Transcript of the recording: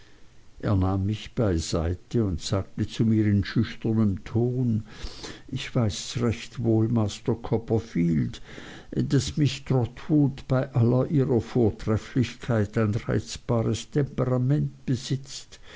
er nahm mich beiseite und sagte zu mir in schüchternem ton ich weiß recht wohl master copperfield daß miß trotwood bei aller ihrer vortrefflichkeit ein reizbares temperament besitzt